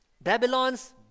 Babylon's